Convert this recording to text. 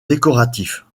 décoratifs